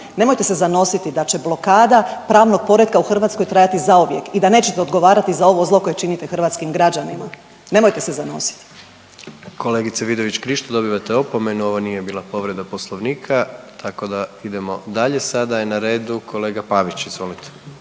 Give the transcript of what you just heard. Nemojte se zanositi da će blokada pravnog poretka u Hrvatskoj trajati zauvijek i da nećete odgovarati za ovo zlo koje činite hrvatskim građanima. Nemojte se zanositi. **Jandroković, Gordan (HDZ)** Kolegice Vidović Krišto dobivate opomenu. Ovo nije bila povreda Poslovnika tako da idemo dalje sada je na redu kolega Pavić. Izvolite.